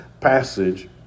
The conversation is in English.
passage